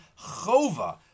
chova